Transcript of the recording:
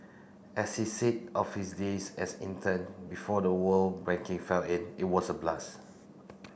as he said of his days as intern before the world banking fell it it was a blast